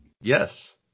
Yes